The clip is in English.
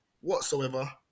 whatsoever